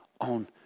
On